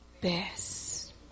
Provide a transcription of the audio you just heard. best